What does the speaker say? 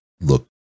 look